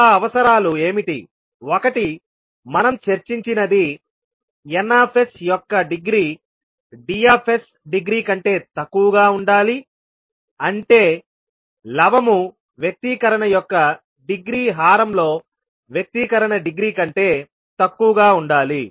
ఆ అవసరాలు ఏమిటిఒకటిమనం చర్చించినది Ns యొక్క డిగ్రీ Ds డిగ్రీ కంటే తక్కువగా ఉండాలి అంటే లవము వ్యక్తీకరణ యొక్క డిగ్రీ హారం లో వ్యక్తీకరణ డిగ్రీ కంటే తక్కువగా ఉండాలి